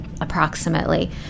approximately